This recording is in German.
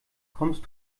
kommst